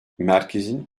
merkezin